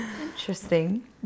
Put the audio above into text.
Interesting